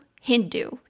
Hindu